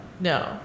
No